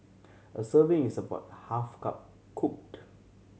a serving is about half cup cooked